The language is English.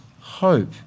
hope